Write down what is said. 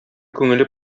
күңеле